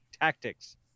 Tactics